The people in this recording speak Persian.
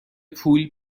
پول